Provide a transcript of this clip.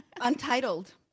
Untitled